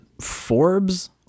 Forbes